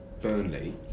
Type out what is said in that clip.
Burnley